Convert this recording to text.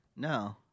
No